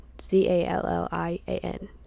z-a-l-l-i-a-n